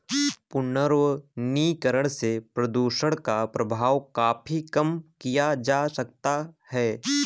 पुनर्वनीकरण से प्रदुषण का प्रभाव काफी कम किया जा सकता है